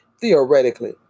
Theoretically